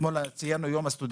אתמול ציינו בכנסת את יום הסטודנט,